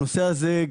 הנושא הזה,